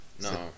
No